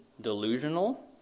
delusional